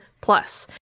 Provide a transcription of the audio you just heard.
plus